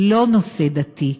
לא נושא דתי,